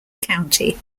county